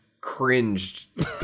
cringed